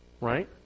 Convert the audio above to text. Right